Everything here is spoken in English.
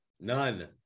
None